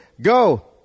go